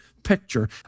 picture